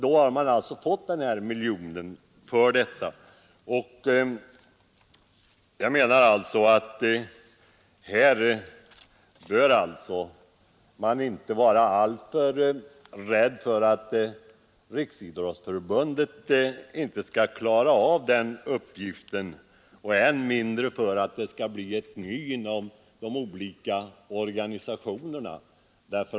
Förbundet skall alltså få den här miljonen för detta ändamål. Då bör man inte vara alltför rädd för att Riksidrottsförbundet inte skall klara av den uppgiften och än mindre att det skall bli ett gny inom de olika organisationerna.